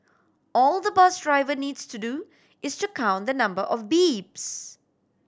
all the bus driver needs to do is to count the number of beeps